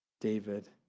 David